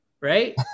Right